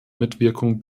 mitwirkung